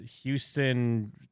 Houston